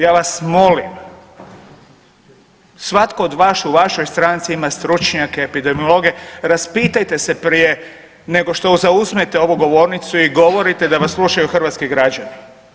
Ja vas molim, svatko od vas, u vašoj stranci ima stručnjake, epidemiologe, raspitajte se prije nego što zauzmete ovu govornicu i govorite da vas slušaju hrvatski građani.